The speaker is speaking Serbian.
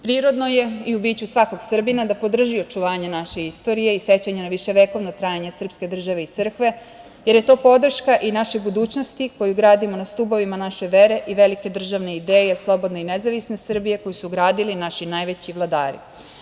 Prirodno je i u biću svakog Srbina da podrži očuvanje naše istorije i sećanja na viševekovno trajanje srpske države i crkve, jer je to podrška i našoj budućnosti, koju gradimo na stubovima naše vere i velike državne ideje - slobodne i nezavisne Srbije, koju su gradili naši najveći vladari.